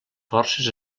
forces